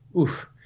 oof